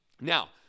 Now